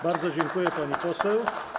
Bardzo dziękuję, pani poseł.